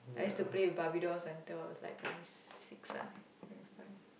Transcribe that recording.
I used to play with Barbie dolls until I was like primary six ah primary five